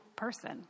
person